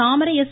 Thamarai S